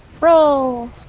roll